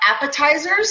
appetizers